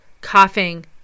Coughing